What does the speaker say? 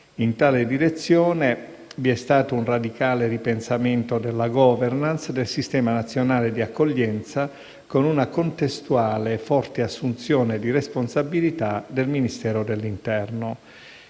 In tale direzione vi è stato un radicale ripensamento della *governance* del sistema nazionale di accoglienza, con una contestuale forte assunzione di responsabilità del Ministero dell'interno.